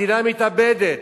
המדינה מתאבדת,